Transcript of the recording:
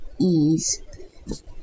ease